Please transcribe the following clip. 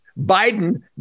Biden